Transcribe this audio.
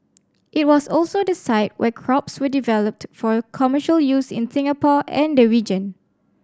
it was also the site where crops were developed for commercial use in Singapore and the region